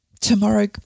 tomorrow